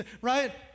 right